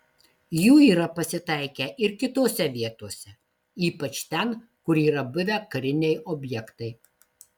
jų yra pasitaikę ir kitose vietose ypač ten kur yra buvę kariniai objektai